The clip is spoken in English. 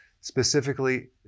specifically